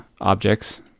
objects